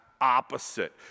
opposite